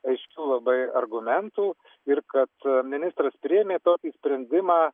aiškių labai argumentų ir kad ministras priėmė tokį sprendimą